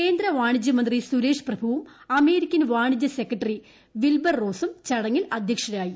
കേന്ദ്ര വാണിജ്യമന്ത്രി സുരേഷ് പ്രഭുവും അമേരിക്കൻ വാണിജ്യ സെക്രട്ടറി വിൽബർ റോസും ചടങ്ങിൽ അദ്ധ്യക്ഷരായി